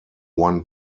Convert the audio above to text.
one